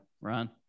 Ron